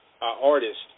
artist